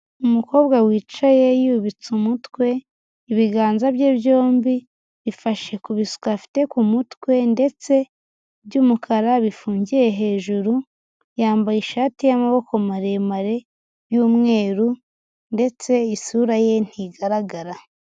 Umukobwa wicaye yubitse umutwe, ibiganza bye byombi bifashe ku bisuko afite ku mutwe, ndetse by'umukara bifungiye hejuru, yambaye ishati y'amaboko maremare y'umweru, ndetse isura ye ntigaragara.